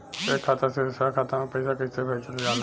एक खाता से दूसरा खाता में पैसा कइसे भेजल जाला?